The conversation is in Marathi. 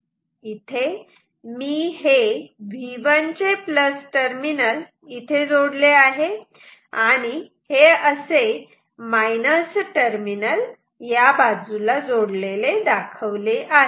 इथे मी हे V1 चे प्लस टर्मिनल इथे जोडले आहे आणि हे असे मायनस टर्मिनल या बाजूला जोडलेले दाखवले आहे